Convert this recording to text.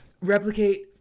replicate